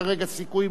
לפי יחס,